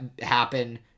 happen